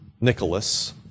Nicholas